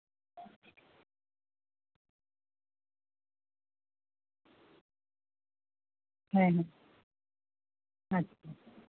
ᱦᱮᱸ ᱟᱪᱪᱷᱟ